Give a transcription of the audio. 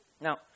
Now